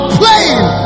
playing